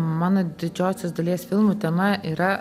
mano didžiosios dalies filmų tema yra